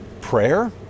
prayer